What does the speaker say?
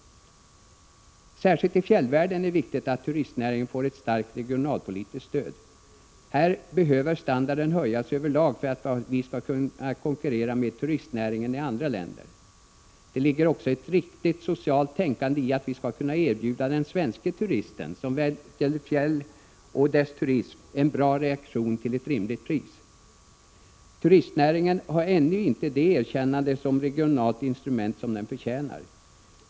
Särskilt i fjällvärlden är det viktigt att turistnäringen får ett starkt regionalpolitiskt stöd. Här behöver standarden höjas över lag för att vi skall kunna konkurrera med turistnäringen i andra länder. Det ligger också ett riktigt socialt tänkande i att vi skall kunna erbjuda den svenske turisten som väljer fjällturism en bra rekreation till ett rimligt pris. Turistnäringen har ännu inte det erkännande som regionalt instrument som den förtjänar.